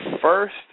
first